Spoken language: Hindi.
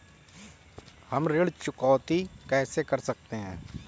हम ऋण चुकौती कैसे कर सकते हैं?